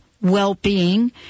well-being